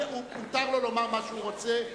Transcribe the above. מותר לו לומר מה שהוא רוצה,